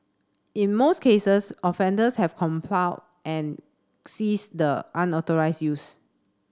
in most cases offenders have complied and ceased the unauthorised use